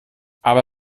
aber